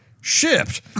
shipped